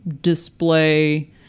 display